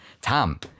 tom